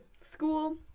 School